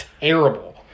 terrible